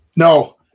No